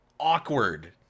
awkward